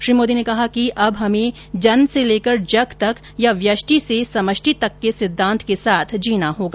श्री मोदी ने कहा कि अब हमें जन से लेकर जग तक या व्यष्टि से समष्टि तक के सिद्धांत के साथ जीना होगा